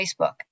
Facebook